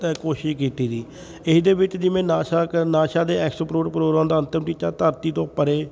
ਕੋਸ਼ਿਸ਼ ਕੀਤੀ ਤੀ ਇਹਦੇ ਵਿੱਚ ਜਿਵੇਂ ਨਾਸਾ ਕ ਨਾਸਾ ਦੇ ਐਕਸਪਲੋਰ ਪ੍ਰੋਗਰਾਮ ਦਾ ਅੰਤਿਮ ਟੀਚਾ ਧਰਤੀ ਤੋਂ ਪਰੇ